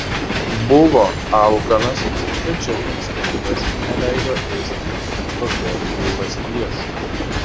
buvo alkanas tačiau instinktas neleido ėsti tokios bjaurasties